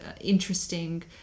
interesting